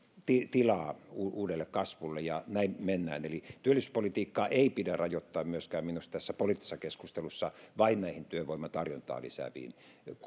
tilaa uudelle kasvulle ja näin mennään työllisyyspolitiikkaa ei pidä minusta rajoittaa myöskään tässä poliittisessa keskustelussa vain näihin työvoiman tarjontaa lisääviin